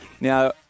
Now